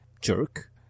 jerk